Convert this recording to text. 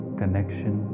connection